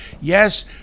Yes